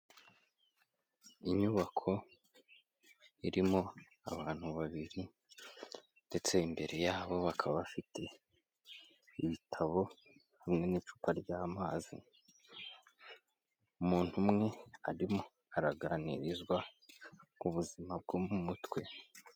Inyubako irimo abantu babiri ndetse imbere yabo bakaba bafite ibitabo hamwe n'icupa ry'amazi, umuntu umwe arimo araganirizwa ku buzima bwo mu mutwe.